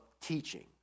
teaching